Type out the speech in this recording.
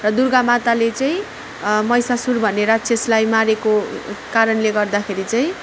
दुर्गा माताले चाहिँ महिषासुर भन्ने राक्षसलाई मारेको कारणले गर्दाखेरि चाहिँ